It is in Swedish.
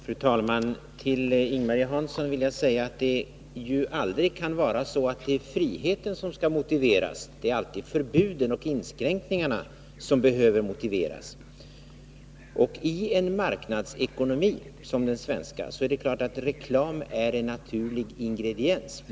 Fru talman! Till Ing-Marie Hansson vill jag säga att det aldrig är friheten som skall motiveras, det är förbuden och inskränkningarna som behöver motiveras. I en marknadsekonomi som den svenska är det klart att reklamen är en naturlig ingrediens.